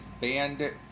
bandit